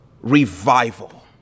revival